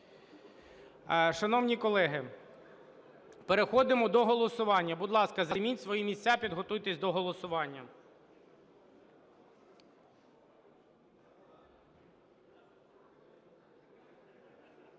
Шановні колеги, переходимо до голосування. Будь ласка, займіть свої місця, підготуйтеся до голосування.